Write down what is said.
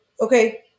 okay